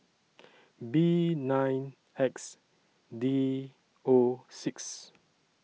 B nine X D O six